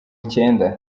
icyenda